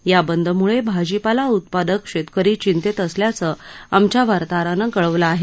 या बंद मूळे भाजीपाला उत्पादक शेतकरी चिंतेत असल्याचं आमच्या वार्ताहरानं कळवलं आहे